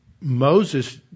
Moses